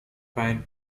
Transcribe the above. fine